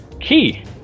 key